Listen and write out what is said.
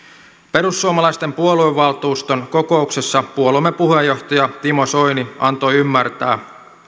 perussuomalaisten puoluevaltuuston kokouksessa puolueemme puheenjohtaja timo soini antoi ymmärtää